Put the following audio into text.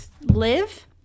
live